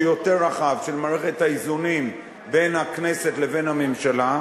יותר רחב של מערכת האיזונים בין הכנסת לבין הממשלה.